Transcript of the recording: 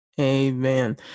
Amen